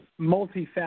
multifaceted